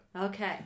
Okay